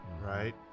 right